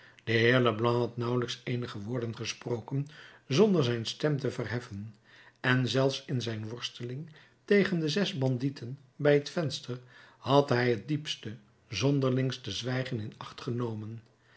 de heer leblanc had nauwelijks eenige woorden gesproken zonder zijn stem te verheffen en zelfs in zijn worsteling tegen de zes bandieten bij het venster had hij het diepste zonderlingste zwijgen in acht genomen